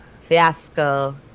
Fiasco